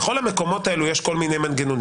בכל המקומות הללו יש כל מיני מנגנונים,